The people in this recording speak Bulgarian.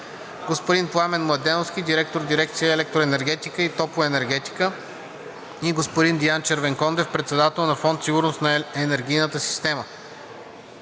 господин Пламен Младеновски – директор на дирекция „Електроенергетика и топлоенергетика“, и господин Диан Червенкондев – председател на Фонд „Сигурност на енергийната система“.